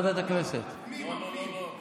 אולי ועדת הפנים אצל ווליד טאהא,